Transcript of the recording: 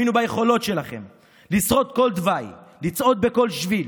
האמינו ביכולות שלכם לשרוד כל תוואי ולצעוד בכל שביל,